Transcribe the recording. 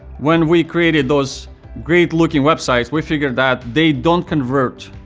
when we created those great-looking websites, we figured that they don't convert,